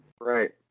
Right